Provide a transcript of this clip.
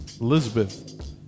Elizabeth